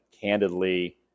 candidly